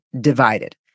divided